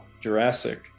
Jurassic